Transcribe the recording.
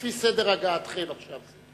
לפי סדר הגעתכם עכשיו.